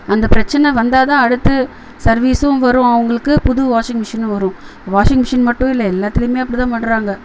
அந்த பிரச்சனை வந்தால் தான் அடுத்து சர்வீஸும் வரும் அவங்களுக்கு புது வாஷிங்மெஷினும் வரும் வாஷிங் மிஷின் மட்டும் இல்லை எல்லாத்துலையுமே அப்படிதான் பண்ணுறாங்க